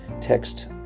text